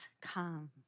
come